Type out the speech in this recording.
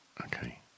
Okay